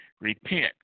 Repent